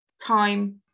time